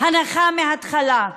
הנחה מההתחלה: